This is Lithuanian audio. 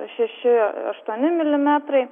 šeši aštuoni milimetrai